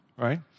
right